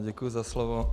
Děkuji za slovo.